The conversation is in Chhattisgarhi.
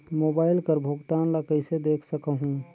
मोबाइल कर भुगतान ला कइसे देख सकहुं?